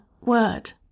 word